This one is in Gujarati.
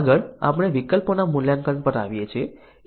આગળ આપણે વિકલ્પોના મૂલ્યાંકન પર આવીએ છીએ